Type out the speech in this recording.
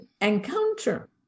encounter